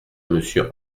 monsieur